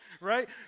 right